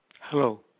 Hello